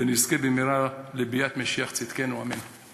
ונזכה במהרה לביאת משיח צדקנו, אמן.